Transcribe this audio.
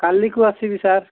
କାଲିକୁ ଆସିବି ସାର୍